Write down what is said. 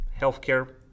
healthcare